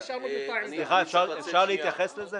אני מחדש את הדיון.